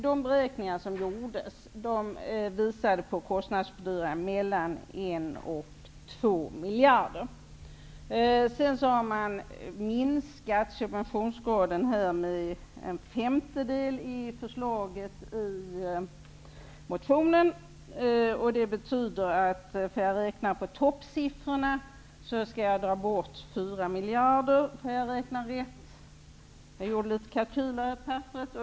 De beräkningar som gjordes visade på kostnadsfördyringar på 1--2 miljarder kronor. Sedan har subventionsgraden minskat med en femtedel i förslaget i motionen. Det betyder att för toppsiffrorna skall 4 miljarder kronor räknas bort. Jag har gjort några kalkyler.